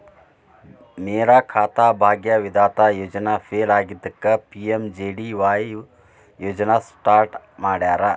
ಮೇರಾ ಖಾತಾ ಭಾಗ್ಯ ವಿಧಾತ ಯೋಜನೆ ಫೇಲ್ ಆಗಿದ್ದಕ್ಕ ಪಿ.ಎಂ.ಜೆ.ಡಿ.ವಾಯ್ ಯೋಜನಾ ಸ್ಟಾರ್ಟ್ ಮಾಡ್ಯಾರ